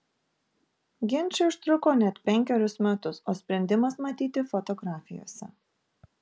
ginčai užtruko net penkerius metus o sprendimas matyti fotografijose